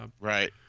Right